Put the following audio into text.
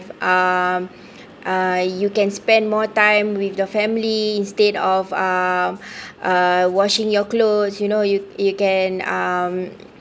um uh you can spend more time with the family instead of um uh washing your clothes you know you you can um